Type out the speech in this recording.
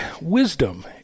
wisdom